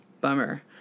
bummer